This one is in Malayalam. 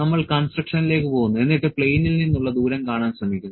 നമ്മൾ കൺസ്ട്രക്ഷനിലക്ക് പോകുന്നു എന്നിട്ട് പ്ലെയിനിൽ നിന്നുള്ള ദൂരം കാണാൻ ശ്രമിക്കുന്നു